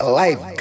life